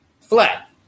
Flat